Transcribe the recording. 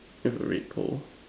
with a red pole